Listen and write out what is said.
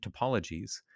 Topologies